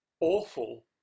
awful